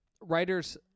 Writers